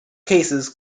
cases